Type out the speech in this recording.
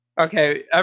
Okay